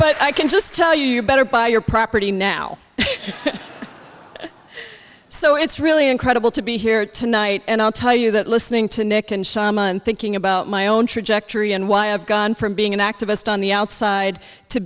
but i can just tell you you better buy your property now so it's really incredible to be here tonight and i'll tell you that listening to nick and sharma and thinking about my own trajectory and why i've gone from being an activist on the outside to